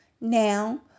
Now